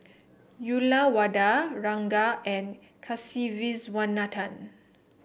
Uyyalawada Ranga and Kasiviswanathan